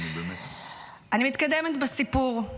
אני מתקדמת בסיפור.